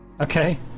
Okay